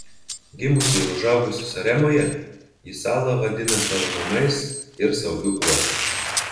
gimusi ir užaugusi saremoje ji salą vadina savo namais ir saugiu uostu